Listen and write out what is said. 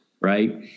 Right